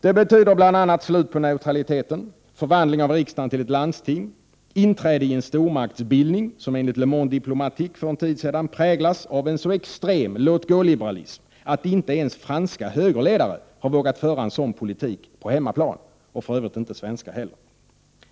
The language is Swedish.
Det betyder bl.a. slut på neutraliteten, förvandling av riksdagen till ett landsting, inträde i en stormaktsbildning som enligt Le Monde Diplomatique för en tid sedan präglas av en så extrem låt-gå-liberalism att inte ens franska högerledare har vågat föra en sådan politik på hemmaplan, och för övrigt inte svenska heller.